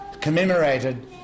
commemorated